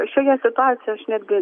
šioje situacijoje aš netgi